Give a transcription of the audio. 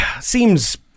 seems